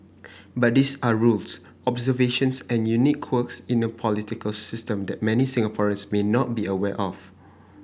but these are rules observations and unique quirks in a political system that many Singaporeans may not be aware of